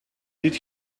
did